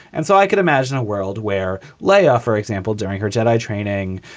and so i could imagine a world where lay off, for example, during her jedi training,